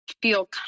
Feel